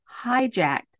hijacked